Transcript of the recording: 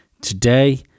today